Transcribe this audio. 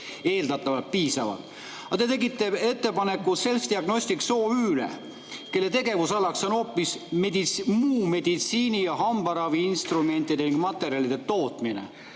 eeldatavalt piisav. Aga te tegite ettepaneku Selfdiagnostics OÜ‑le, kelle tegevusalaks on hoopis muu meditsiini‑ ja hambaraviinstrumentide ning materjalide tootmine.